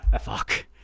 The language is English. Fuck